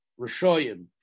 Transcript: Roshoyim